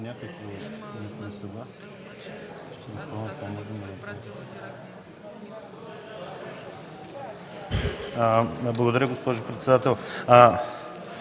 Благодаря, госпожо председател.